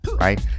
Right